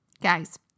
Guys